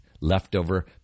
leftover